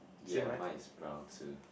ya mine is brown too